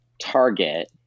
Target